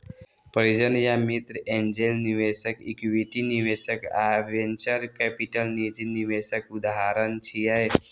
परिजन या मित्र, एंजेल निवेशक, इक्विटी निवेशक आ वेंचर कैपिटल निजी निवेशक उदाहरण छियै